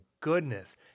goodness